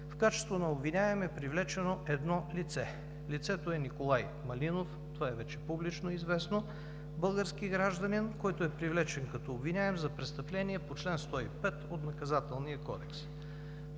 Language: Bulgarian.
в качеството на обвиняем е привлечено едно лице. Лицето е Николай Малинов – това вече е публично известно, български гражданин, който е привлечен като обвиняем за престъпление по чл. 105 от Наказателния кодекс.